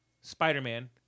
Spider-Man